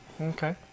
Okay